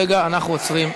רגע, אנחנו עוצרים.